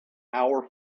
our